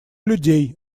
людей